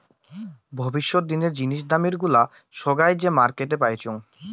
ভবিষ্যত দিনের জিনিস দামের গুলা সোগায় যে মার্কেটে পাইচুঙ